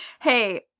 Hey